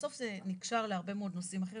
בסוף זה נקשר להרבה מאוד נושאים אחרים.